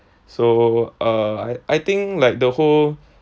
so uh I I think like the whole